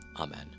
Amen